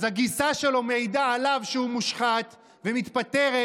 אז הגיסה שלו מעידה עליו שהוא מושחת ומתפטרת,